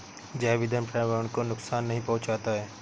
जैव ईंधन पर्यावरण को नुकसान नहीं पहुंचाता है